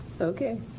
Okay